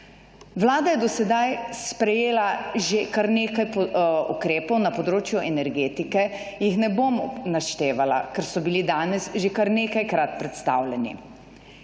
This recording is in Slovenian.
Vlada je do sedaj sprejela že kar nekaj ukrepov na področju energetike, jih ne bom naštevala, ker so bili danes že kar nekajkrat predstavljeni.